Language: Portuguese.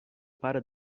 para